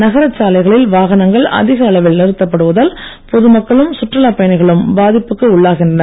நகரச் சாலைகளில் வாகனங்கள் அதிக அளவில் நிறுத்தப்படுவதால் பொதுமக்களும் சுற்றுலா பயணிகளும் பாதிப்புக்குள்ளாகின்றனர்